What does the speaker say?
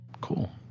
cool